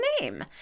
name